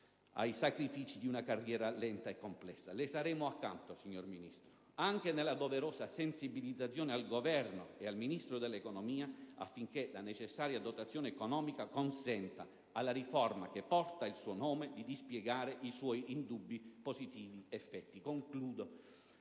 ai sacrifici di una carriera lenta e complessa. Le saremo accanto, signora Ministro, anche nella doverosa sensibilizzazione del Governo e del Ministro dell'economia, affinché la necessaria dotazione economica consenta alla riforma che porta il suo nome di dispiegare i suoi indubbi positivi effetti.